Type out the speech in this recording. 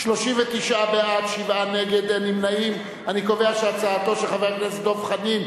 ההצעה להעביר את הצעת חוק גיל הנישואין (תיקון,